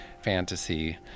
fantasy